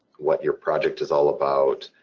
what your project is all about,